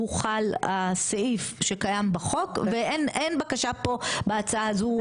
הוא חל הסעיף שקיים בחוק ואין בקשה פה בהצעה הזו לתקן.